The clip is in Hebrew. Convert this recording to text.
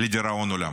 לדיראון עולם.